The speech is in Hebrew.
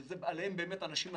שעליהן באמת אנשים מסכימים,